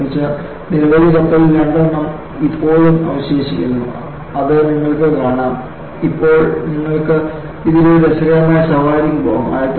നിർമ്മിച്ച നിരവധി കപ്പലുകളിൽ രണ്ടെണ്ണം ഇപ്പോഴും അവശേഷിക്കുന്നു അത് നിങ്ങൾക്ക് കാണാം ഇപ്പോൾ നിങ്ങൾക്ക് ഇതിൽ ഒരു രസകരമായ സവാരിക്ക് പോകാം